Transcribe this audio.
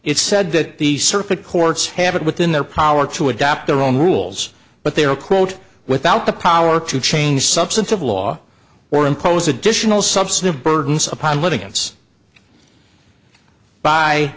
it said that the circuit courts have it within their power to adapt their own rules but they are quote without the power to change substantive law or impose additional substantive burdens upon li